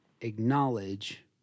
acknowledge